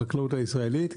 לחקלאות הישראלית.